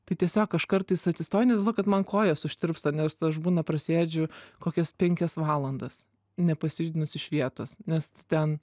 tai tiesiog aš kartais atsistoju nes kad man kojos užtirpsta nes aš būna prasėdžiu kokias penkias valandas nepasijudinus iš vietos nes ten